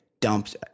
dumped